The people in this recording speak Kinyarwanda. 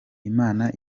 imana